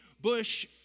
Bush